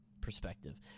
perspective